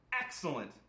excellent